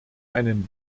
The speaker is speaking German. einen